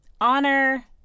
honor